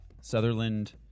Sutherland